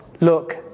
look